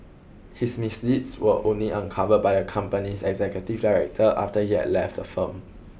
his misdeeds were only uncovered by the company's executive director after he had left the firm